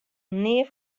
nea